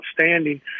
outstanding